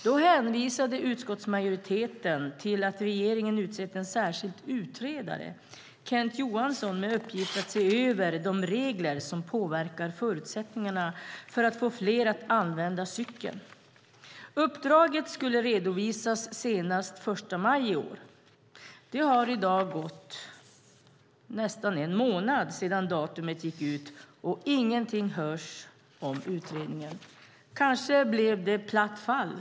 Då hänvisade utskottsmajoriteten till att regeringen utsett en särskild utredare, Kent Johansson, med uppgift att se över de regler som påverkar förutsättningarna för att få fler att använda cykeln. Uppdraget skulle redovisas senast den 1 maj i år. Det har i dag gått nästan en månad sedan datumet passerade och ingenting hörs om utredningen. Kanske det blev platt fall.